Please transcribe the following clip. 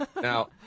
now